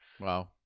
wow